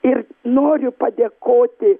ir noriu padėkoti